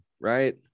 right